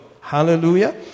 Hallelujah